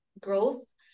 growth